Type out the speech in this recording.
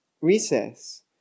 recess